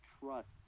trust